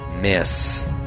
Miss